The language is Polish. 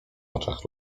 oczach